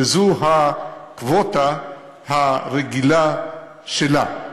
שזו הקווטה הרגילה שלה.